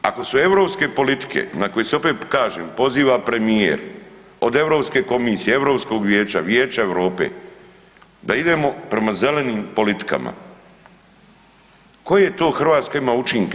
Ako su europske politike na koje se opet kažem, poziva premijer, od Europske komisije, Europskog vijeća, Vijeća Europe, da idemo prema zelenim politikama, koje to Hrvatska ima učinke?